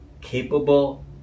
capable